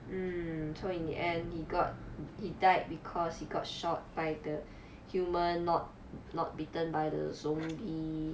mm so in the end he got he died because he got shot by the human not not bitten by the zombie